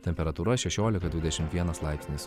temperatūra šešiolika dvidešimt vienas laipsnis